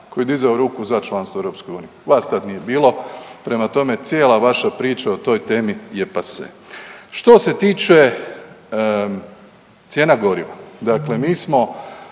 koji je dizao ruku za članstvo u EU. Vas tad nije bilo. Prema tome, cijela vaša priča o toj temi je pase. Što se tiče cijena goriva, dakle mi smo